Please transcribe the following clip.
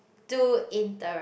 to interrupt